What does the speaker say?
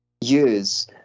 use